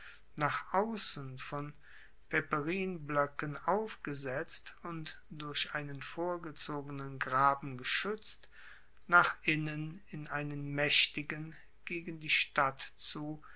nach aussen von peperinbloecken aufgesetzt und durch einen vorgezogenen graben geschuetzt nach innen in einen maechtigen gegen die stadt zu